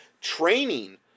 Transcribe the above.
training